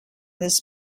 this